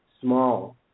small